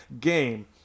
game